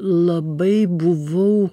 labai buvau